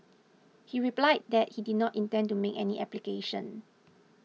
he replied that he did not intend to make any application